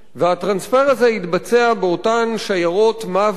הטרנספר הזה התבצע באותן שיירות מוות